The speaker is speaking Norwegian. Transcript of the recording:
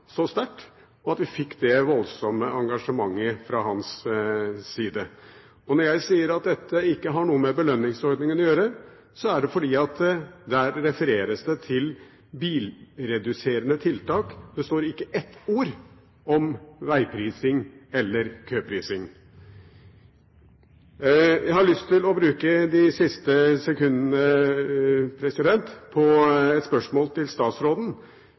så sterkt, slik at vi fikk det voldsomme engasjementet fra hans side. Når jeg sier at dette ikke har noe med belønningsordningen å gjøre, er det fordi det der refereres til bilreduserende tiltak. Det står ikke ett ord om vegprising eller køprising. Jeg har lyst til å bruke de siste sekundene på et spørsmål til statsråden.